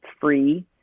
free